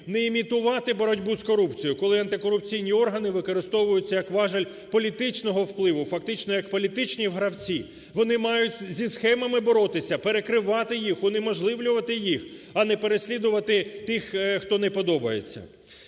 не імітувати боротьбу з корупцією, коли антикорупційні органи використовуються як важіль політичного впливу, фактично як політичні гравці, вони мають зі схемами боротися, перекривати їх, унеможливлювати їх, а не переслідувати тих, хто не подобається.